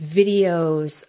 videos